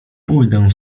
pójdę